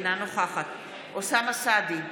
אינה נוכחת אוסאמה סעדי,